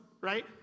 right